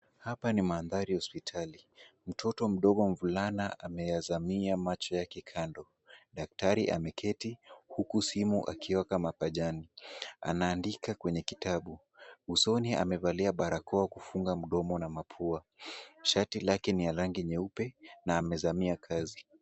Hapa ni mandhari ya hospitali. Mtoto mdogo mvulana ameyazamia machoyake kando. daktari ameketi, huku simu akiweka mapajani. Anaandika kwenye kitabu. Usoni amevalia barakoa kufunga mdomo na mapua. Shati lake ni la rangi nyeupe na amezamia kazi.